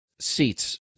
Seats